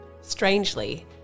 Strangely